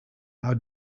are